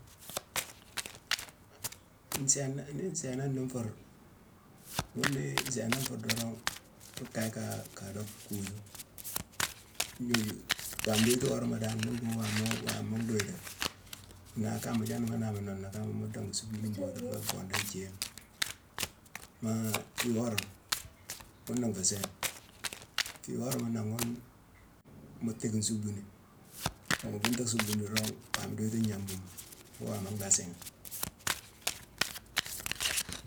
Nsééna, ni nsééna ni nfur, ghune ni nsééna nfur dorong, nruu kaye ka dock, kuusu. wame duyiti worama dan ni mbhuughune wama wama nduyité, nnaa kama, jani mu naaba nooné kama mu dongu sukbuni mbootu foo nfondé nthiingh. Maa fii worama, ghuna nfé sééne. Fii wora nangh ghune mu teckine sukbuni. Oo mu bhunta sukbuni dorong, wame duyitu ngnangh buumo, foo waama nlhaa siighine.